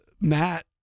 Matt